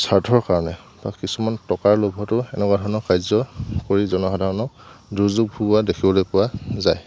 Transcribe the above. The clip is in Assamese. স্বাৰ্থৰ কাৰণে কিছুমান টকাৰ লোভতো এনেকুৱা ধৰণৰ কাৰ্য কৰি জনসাধাৰণক দুৰ্যোগ ভোগা দেখিবলৈ পোৱা যায়